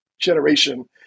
generation